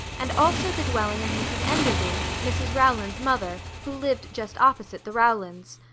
and also the dwelling of mrs enderby, mrs rowland's mother, who lived just opposite the rowlands.